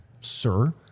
sir